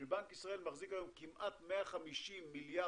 שבנק ישראל מחזיק היום כמעט 150 מיליארד